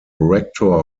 rector